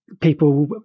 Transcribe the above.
People